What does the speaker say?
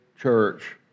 church